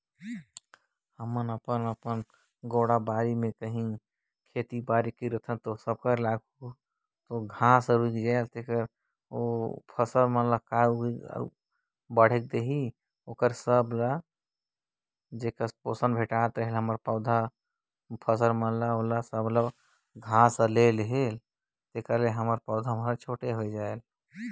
बन मन हर फसल ले जादा हालू बाड़थे अउ ओखर पोषण तत्व अपन हर ले लेथे